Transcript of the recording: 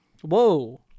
Whoa